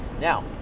Now